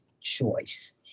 choice